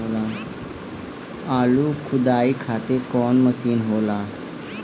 आलू खुदाई खातिर कवन मशीन होला?